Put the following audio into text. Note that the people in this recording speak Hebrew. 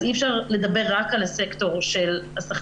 אז אי אפשר לדבר רק על הסקטור של השחקנים.